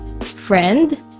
friend